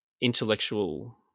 intellectual